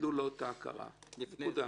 וביטלו לו את ההכרה, נקודה.